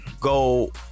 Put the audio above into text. go